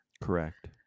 Correct